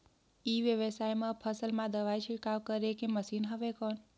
ई व्यवसाय म फसल मा दवाई छिड़काव करे के मशीन हवय कौन?